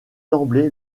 d’emblée